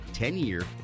10-year